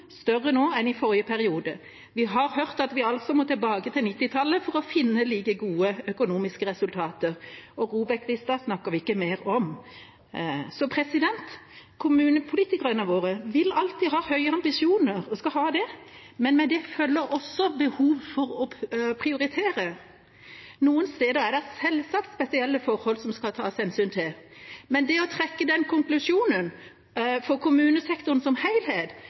større nå enn i forrige periode. Vi har hørt at vi må tilbake til 1990-tallet for å finne like gode økonomiske resultater, og ROBEK-lista snakker vi ikke mer om. Kommunepolitikerne våre vil alltid ha høyere ambisjoner, og skal ha det, men med det følger også behov for å prioritere. Noen steder er det selvsagt spesielle forhold som skal tas hensyn til, men å trekke den konklusjonen for kommunesektoren som